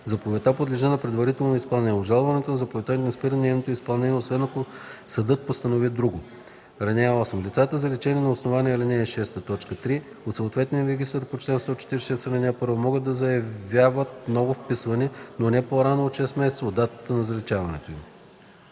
Заповедта подлежи на предварително изпълнение. Обжалването на заповедта не спира нейното изпълнение, освен ако съдът постанови друго. (8) Лицата, заличени на основание ал. 6, т. 3 от съответния регистър по чл. 146, ал. 1, могат да заявят ново вписване, но не по-рано от 6 месеца от датата на заличаването им.”